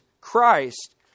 Christ